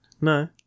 No